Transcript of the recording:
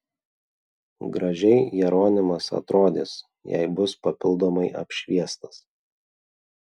gražiai jeronimas atrodys jei bus papildomai apšviestas